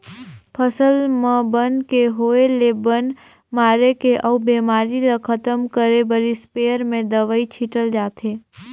फसल म बन के होय ले बन मारे के अउ बेमारी ल खतम करे बर इस्पेयर में दवई छिटल जाथे